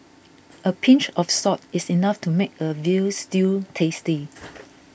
a pinch of salt is enough to make a Veal Stew tasty